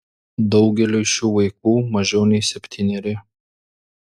daugeliui šių vaikų mažiau nei septyneri